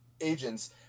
agents